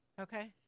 Okay